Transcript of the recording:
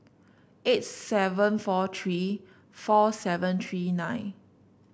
eight seven four three four seven three nine